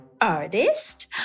Artist